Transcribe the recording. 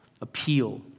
appeal